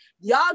y'all